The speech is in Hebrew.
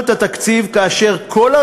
כביכול,